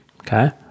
Okay